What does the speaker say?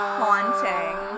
haunting